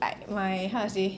like my how to say